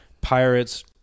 Pirates